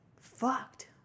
fucked